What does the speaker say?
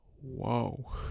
Whoa